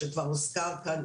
שכבר הוזכרה כאן,